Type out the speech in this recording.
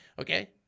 Okay